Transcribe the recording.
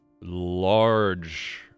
Large